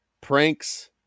pranks